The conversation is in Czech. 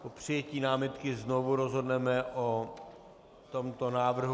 Po přijetí námitky znovu rozhodneme o tomto návrhu.